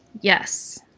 Yes